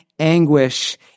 anguish